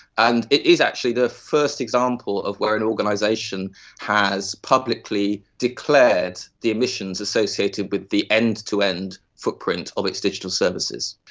and it is actually the first example of where an organisation has publicly declared the emissions associated with the end-to-end footprint of its digital services.